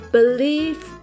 Believe